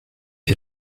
you